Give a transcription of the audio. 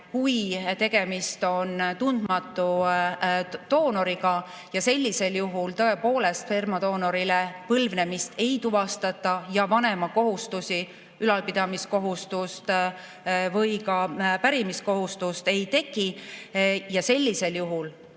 kui tegemist on tundmatu doonoriga. Sellisel juhul tõepoolest spermadoonorist põlvnemist ei tuvastata ja vanema kohustusi, ülalpidamiskohustust või ka pärimiskohustust ei teki. Sellisel juhul